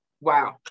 Wow